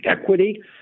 equity